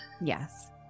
Yes